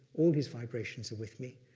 all his vibrations are with me.